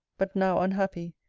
but now unhappy,